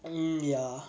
mm ya